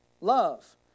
love